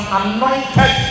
anointed